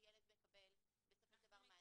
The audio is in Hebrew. הילד מקבל בסופו של דבר מענה.